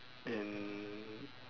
and